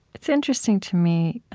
it's interesting to me.